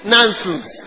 Nonsense